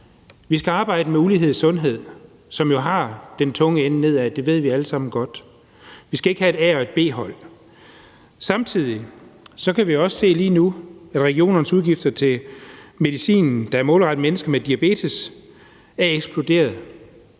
Vi skal arbejde med ulighed i sundhed, hvor den tunge ende jo vender nedad. Det ved vi alle sammen godt. Vi skal ikke have et A- og B-hold. Samtidig kan vi også lige nu se, at regionernes udgifter til medicin, der er målrettet mennesker med diabetes, er eksploderet.